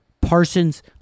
Parsons